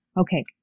okay